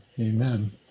Amen